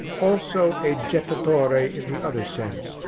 also a jettatore in the other sense,